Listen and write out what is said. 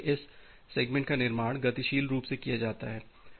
सबसे पहले इस सेगमेंट का निर्माण गतिशील रूप से किया जाता है